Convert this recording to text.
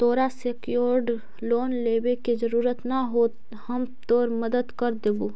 तोरा secured loan लेने के जरूरत न हो, हम तोर मदद कर देबो